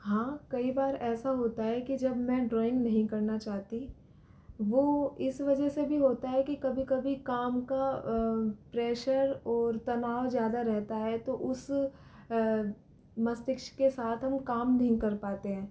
हाँ कई बार ऐसा होता है कि जब मैं ड्रॉइंग नहीं करना चाहती वह इस वजह से भी होता है कि कभी कभी काम का प्रेशर ओर तनाव ज़्यादा रहता है तो उस मस्तिष्क के साथ हम काम नहीं कर पाते हैं